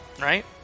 right